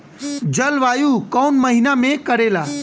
जलवायु कौन महीना में करेला?